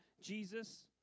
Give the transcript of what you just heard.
Jesus